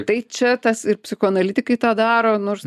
tai čia tas ir psichoanalitikai tą daro nors